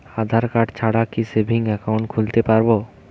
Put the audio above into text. আধারকার্ড ছাড়া কি savings account খুলতে পারব?